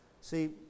See